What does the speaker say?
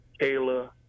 Kayla